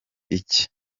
iki